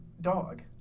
dog